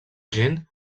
gent